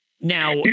now